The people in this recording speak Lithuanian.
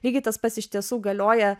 lygiai tas pats iš tiesų galioja